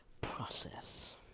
process